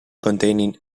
containing